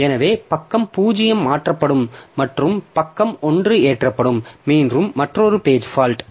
எனவே பக்கம் 0 மாற்றப்படும் மற்றும் பக்கம் ஒன்று ஏற்றப்படும் மீண்டும் மற்றொரு பேஜ் பால்ட்